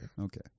okay